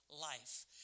life